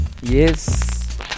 Yes